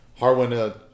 Harwin